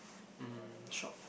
mm shop